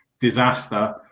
disaster